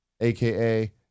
aka